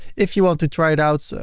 if you want to try it out, so